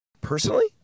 Personally